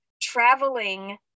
Traveling